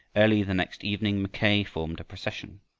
early the next evening mackay formed a procession.